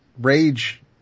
rage